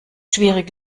schwierig